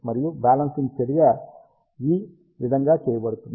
మరియు బ్యాలెన్సింగ్ చర్య ఈ విధంగా చేయబడుతుంది